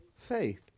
faith